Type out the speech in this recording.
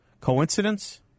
Coincidence